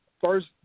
first